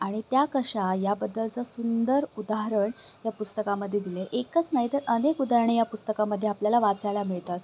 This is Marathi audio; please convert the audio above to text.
आणि त्या कशा याबद्दलचं सुंदर उदाहरण या पुस्तकामध्ये दिलं आहे एकच नाहीतर अनेक उदाहरणं या पुस्तकामध्ये आपल्याला वाचायला मिळतात